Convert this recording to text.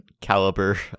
caliber